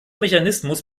mechanismus